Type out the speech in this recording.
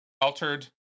altered